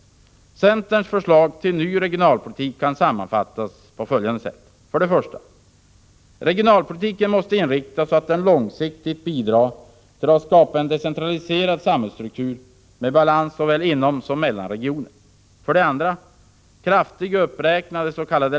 Centerns förslag till ny regionalpolitik kan sammanfattas på följande sätt: 1. Regionalpolitiken måste inriktas så att den långsiktigt bidrar till att skapa en decentraliserad samhällsstruktur med balans såväl inom som mellan regioner. 2. Kraftig uppräkning av dets.k.